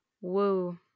Woo